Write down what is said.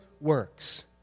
works